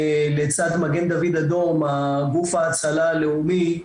לצד מגן דוד אדום גוף ההצלה הלאומי,